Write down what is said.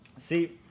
see